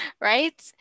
right